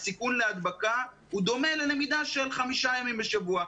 הסיכוי להדבקה הוא דומה ללמידה של חמישה ימים בשבוע.